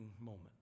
moment